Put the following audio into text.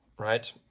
right